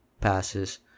passes